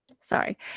Sorry